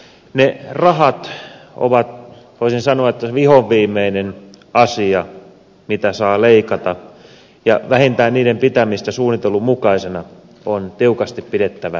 ne rahat ovat voisin sanoa vihoviimeinen asia mitä saa leikata ja vähintään niiden pitämisestä suunnitellun mukaisena on tiukasti pidettävä kiinni